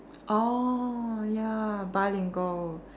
oh ya bilingual